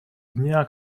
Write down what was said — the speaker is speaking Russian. дня